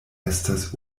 estas